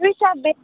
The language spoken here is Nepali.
दुईवटा बेड